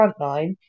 frontline